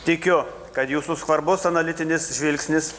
tikiu kad jūsų skvarbus analitinis žvilgsnis